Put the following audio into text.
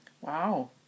Wow